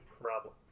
problem